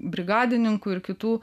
brigadininkų ir kitų